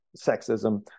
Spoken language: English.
sexism